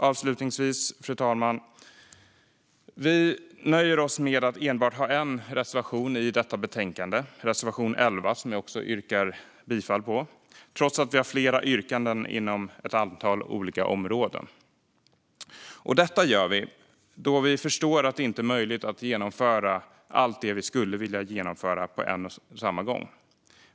Avslutningsvis, fru talman: Vi nöjer oss med att ha enbart en reservation i betänkandet - reservation 11, som jag också yrkar bifall till - trots att vi har flera yrkanden inom ett antal olika områden. Detta gör vi då vi förstår att det inte är möjligt att genomföra allt det vi skulle vilja genomföra på en och samma gång.